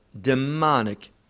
demonic